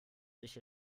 sich